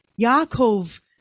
Yaakov